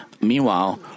Meanwhile